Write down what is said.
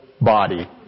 body